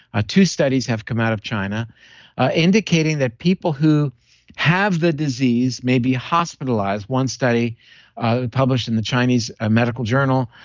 ah two studies have come out of china indicating that people who have the disease may be hospitalized one study published in the chinese ah medical journal,